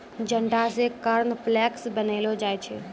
जंडा से कॉर्नफ्लेक्स बनैलो जाय छै